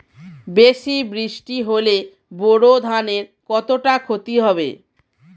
বেশি বৃষ্টি হলে বোরো ধানের কতটা খতি হবে?